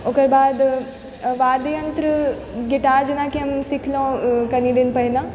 ओकर बाद वाद्य यन्त्र गिटार जेनाकि हम सिखलहुँ कनि दिन पहिने